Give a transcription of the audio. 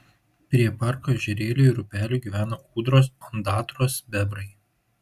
prie parko ežerėlių ir upelių gyvena ūdros ondatros bebrai